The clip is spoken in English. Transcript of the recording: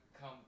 come